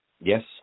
yes